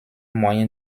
moyen